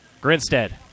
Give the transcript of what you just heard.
Grinstead